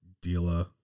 dealer